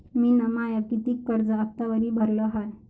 मिन माय कितीक कर्ज आतावरी भरलं हाय?